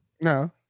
No